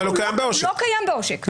הוא לא קיים בעושק.